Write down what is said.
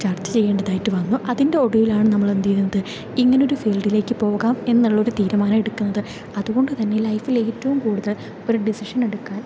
ചർച്ച ചെയ്യേണ്ടതായിട്ട് വന്നു അതിന്റെ ഒടുവിലാണ് നമ്മൾ എന്തു ചെയ്യുന്നത് ഇങ്ങനെ ഒരു ഫീൽഡിലേക്ക് പോകാം എന്നുള്ള ഒരു തീരുമാനം എടുക്കുന്നത് അതുകൊണ്ട് തന്നെ ലൈഫിൽ ഏറ്റവും കൂടുതൽ ഒരു ഡിസിഷൻ എടുക്കാൻ